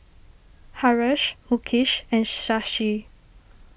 Haresh Mukesh and Shashi